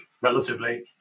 relatively